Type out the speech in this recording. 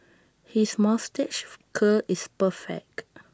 his moustache curl is perfect